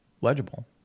legible